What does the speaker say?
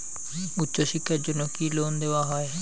উচ্চশিক্ষার জন্য কি লোন দেওয়া হয়?